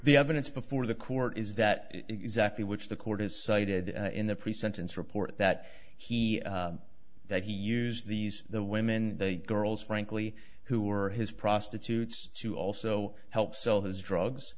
the evidence before the court is that exactly which the court has cited in the pre sentence report that he that he used these the women the girls frankly who were his prostitutes to also help sell his drugs